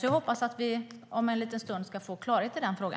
Jag hoppas alltså att vi om en liten stund ska få klarhet i denna fråga.